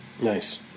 Nice